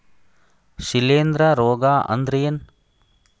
ಶಿಲೇಂಧ್ರ ರೋಗಾ ಅಂದ್ರ ಏನ್?